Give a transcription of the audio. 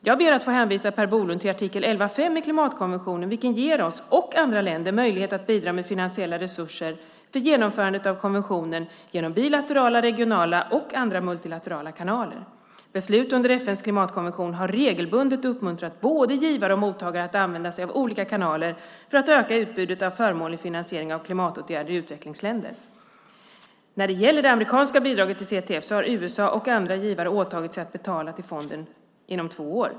Jag ber att få hänvisa Per Bolund till artikel 11.5 i klimatkonventionen vilken ger oss, och andra länder, möjlighet att bidra med finansiella resurser för genomförandet av konventionen genom bilaterala, regionala och andra multilaterala kanaler. Beslut under FN:s klimatkonvention har regelbundet uppmuntrat både givare och mottagare att använda sig av olika kanaler för att öka utbudet av förmånlig finansiering av klimatåtgärder i utvecklingsländer. När det gäller det amerikanska bidraget till CTF har USA och andra givare åtagit sig att betala till fonden inom två år.